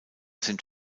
sind